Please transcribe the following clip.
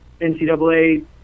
NCAA